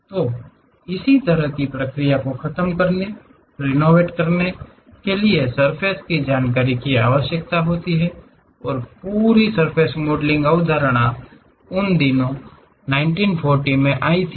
तो इस तरह की प्रक्रिया को खत्म करने रेनवेंट करने के लिए सर्फ़ेस की जानकारी की आवश्यकता होती है और पूरी सर्फ़ेस मॉडलिंग अवधारणा उन दिनों 1940 में आई थी